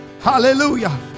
hallelujah